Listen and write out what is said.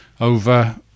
over